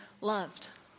loved